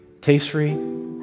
taste-free